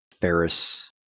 Ferris